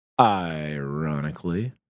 Ironically